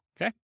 okay